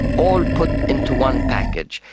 all put into one package.